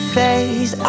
face